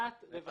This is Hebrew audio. דת, רווחה.